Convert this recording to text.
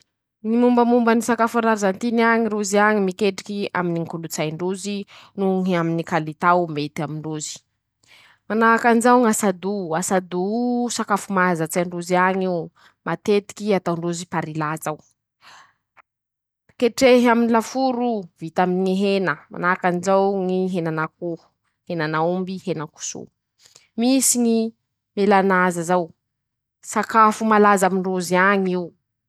Ñy mombamomba ñy sakafo an'arzantiny añy: -Rozy añy miketriky aminy ñy kolontsain-drozy noho aminy ñy kalitao mety amin-drozy ;manahaky anizao ñy asado ,asado o sakafo mahazatsy an-drozy añy io; matetiky ataondrozy parilà zao ,ketrehy amy laforo o ,vita aminy ñy hena ,manahaky anizao ñy henan'akoho ,henan'aomby ,henan-koso ;misy ñy elanaza zao ,sakafo malaza amin-drozy añy io.